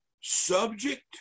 subject